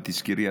ותזכרי,